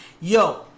Yo